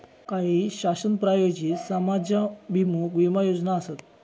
काही शासन प्रायोजित समाजाभिमुख विमा योजना आसत